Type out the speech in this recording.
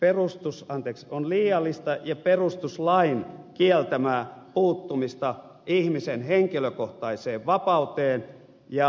perustus frantex on liiallista ja perustuslain kieltämää puuttumista ihmisen henkilökohtaiseen vapauteen ja yksityiselämän suojaan